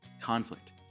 Conflict